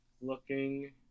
looking